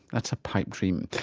that's a pipe dream,